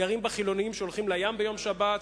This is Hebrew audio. גרים בה חילונים שהולכים לים בשבת.